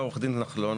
נחלון,